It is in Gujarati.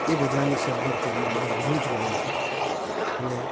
એ બધાની સરભર કરવી મને બહુ જ ગમે છે અને